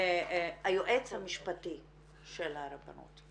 היועץ המשפטי של הרבנות.